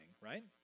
right